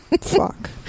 Fuck